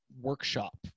workshop